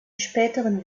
späteren